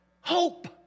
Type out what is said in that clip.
hope